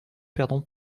perdons